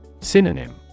Synonym